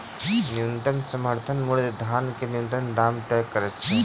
न्यूनतम समर्थन मूल्य धान के न्यूनतम दाम तय करैत अछि